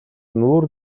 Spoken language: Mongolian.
нүүр